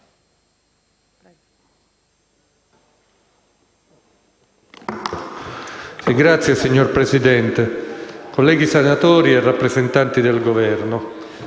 MPL))*. Signora Presidente, colleghi senatori, rappresentanti del Governo,